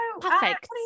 perfect